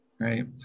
right